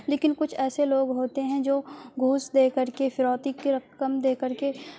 لیکن کچھ ایسے لوگ ہوتے ہیں جو گھوس دے کر کے فروتی کے رقم دے کر کے